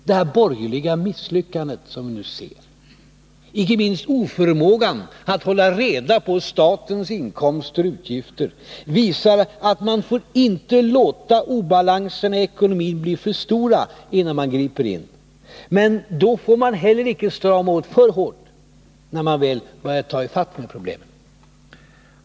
Det borgerliga misslyckande som vi nu ser, icke minst oförmågan att hålla reda på statens inkomster och utgifter, visar att man inte får låta obalanserna i ekonomin bli för stora innan man griper in. Men man får inte heller strama åt alltför hårt när man väl har börjat ta itu med problemen.